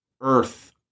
earth